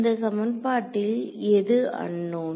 இந்த சமன்பாட்டில் எதுஅன்னோன்